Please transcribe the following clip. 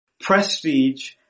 prestige